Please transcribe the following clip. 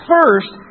First